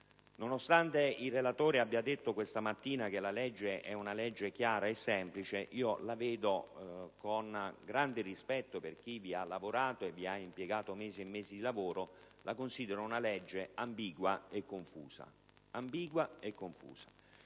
Nonostante il relatore abbia detto questa mattina che la legge è chiara e semplice, con grande rispetto per chi vi ha lavorato e vi ha impiegato mesi e mesi di lavoro, io la considero ambigua e confusa.